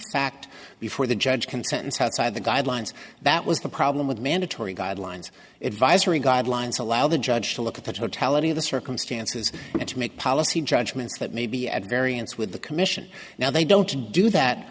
fact before the judge can sentence outside the guidelines that was the problem with mandatory guidelines advisory guidelines allow the judge to look at the totality of the circumstances and to make policy judgments that may be at variance with the commission now they don't do that